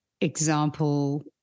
example